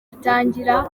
atangira